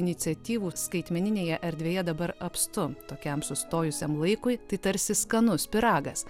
iniciatyvų skaitmeninėje erdvėje dabar apstu tokiam sustojusiam laikui tai tarsi skanus pyragas